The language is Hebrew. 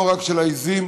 לא רק של העיזים.